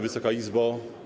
Wysoka Izbo!